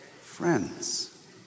friends